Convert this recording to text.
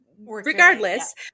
regardless